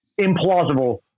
implausible